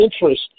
interest